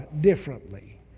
differently